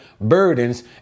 burdens